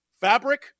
fabric